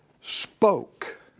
spoke